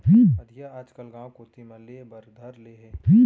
अधिया आजकल गॉंव कोती म लेय बर धर ले हें